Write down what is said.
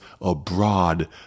abroad